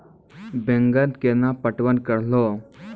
बैंगन केना पटवन करऽ लो?